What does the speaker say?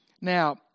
Now